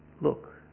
look